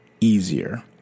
easier